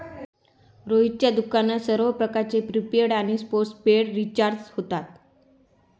रोहितच्या दुकानात सर्व प्रकारचे प्रीपेड आणि पोस्टपेड रिचार्ज होतात